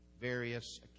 various